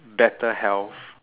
better health